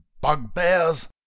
bugbears